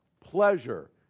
Pleasure